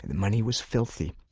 money was filthy.